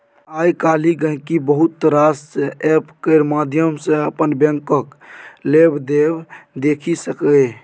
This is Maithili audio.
आइ काल्हि गांहिकी बहुत रास एप्प केर माध्यम सँ अपन बैंकक लेबदेब देखि सकैए